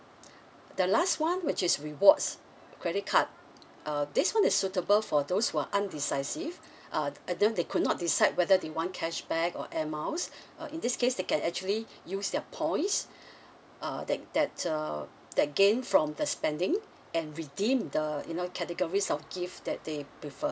the last [one] which is rewards credit card uh this [one] is suitable for those who are indecisive uh and then they could not decide whether they want cashback or air miles uh in this case they can actually use their points uh that that uh that gain from the spending and redeem the you know categories of gift that they prefer